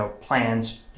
plans